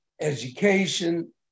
education